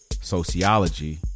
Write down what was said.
sociology